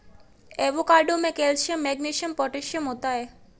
avocado में calcium magnesium potassium होता है